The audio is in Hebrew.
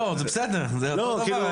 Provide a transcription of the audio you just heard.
לא, זה בסדר, זה אותו דבר.